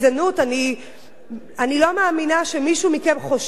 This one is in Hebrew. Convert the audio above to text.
אני לא מאמינה שמישהו מכם חושב שמטרת מכתב